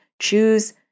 choose